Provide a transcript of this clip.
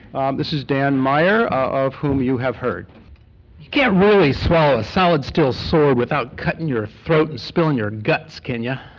um this is dan meyer, ah of whom you have heard. you can't really swallow a solid steel sword without cutting your throat and spilling your guts, can yeah